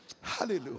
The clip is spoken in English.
Hallelujah